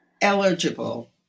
eligible